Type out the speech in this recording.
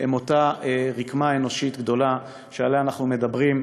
הם אותה רקמה אנושית גדולה שעליה אנחנו מדברים,